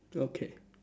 okay